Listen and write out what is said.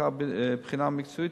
לאחר בחינה מקצועית,